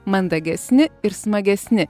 mandagesni ir smagesni